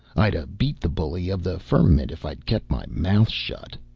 i'd a beat the bully of the firmament if i'd kept my mouth shut.